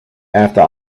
after